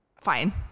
fine